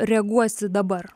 reaguosit dabar